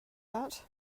that